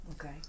Okay